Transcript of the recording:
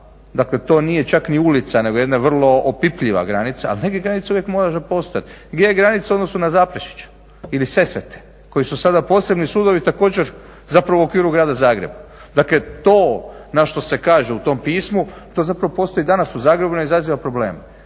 dakle to nije čak ni ulica, nego jedna vrlo opipljiva granica, ali neke granice uvijek mora postojati. Gdje je granica u odnosu na Zaprešić ili Sesvete? Koji su sada posebni sudovi, također zapravo u okviru grada Zagreba. Dakle to na što se kaže u tom pismu, to zapravo postoji danas u Zagrebu, ne izaziva probleme.